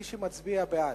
מי שמצביע בעד,